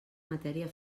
matèria